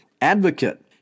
Advocate